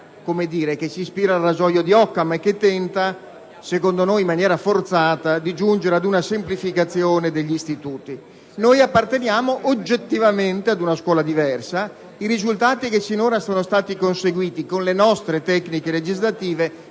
cultura che si ispira al rasoio di Occam e che tenta, secondo noi in maniera forzata, di giungere ad una semplificazione degli istituti. Noi apparteniamo oggettivamente ad una scuola diversa; i risultati che sono stati sinora conseguiti con le nostre tecniche legislative